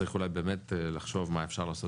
צריך אולי באמת לחשוב מה אפשר לעשות